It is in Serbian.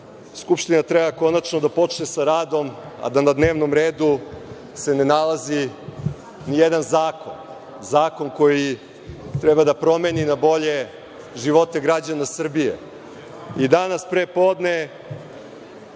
Skupština treba konačno da počne sa radom, a da na dnevnom redu se ne nalazi ni jedan zakon, zakon koji treba da promeni na bolje živote građana Srbije. Danas pre podne,